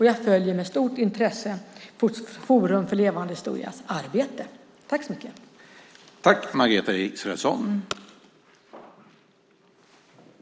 Jag följer med stort intresse Forum för levande historias fortsatta arbete.